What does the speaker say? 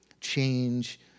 change